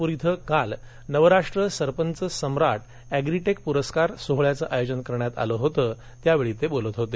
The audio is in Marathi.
नागपूर इथं काल नवराष्ट्र सरपंच सम्राट एग्रीटेक पुरस्कार सोहळ्याचे आयोजन करण्यात आलं होतं त्यावेळी ते बोलत होते